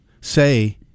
say